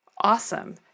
Awesome